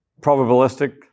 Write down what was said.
probabilistic